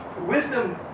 Wisdom